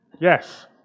Yes